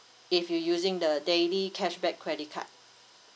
if you using the daily cashback credit card